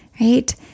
Right